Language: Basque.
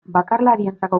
bakarlarientzako